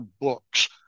books